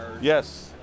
Yes